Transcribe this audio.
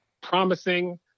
promising